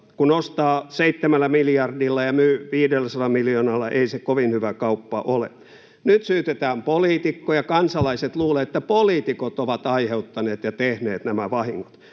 Kun ostaa 7 miljardilla ja myy 500 miljoonalla, ei se kovin hyvä kauppa ole. Nyt syytetään poliitikkoja. Kansalaiset luulevat, että poliitikot ovat aiheuttaneet ja tehneet nämä vahingot.